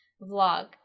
vlog